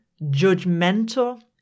judgmental